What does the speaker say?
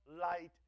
light